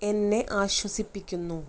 എന്നെ ആശ്വസിപ്പിക്കുന്നു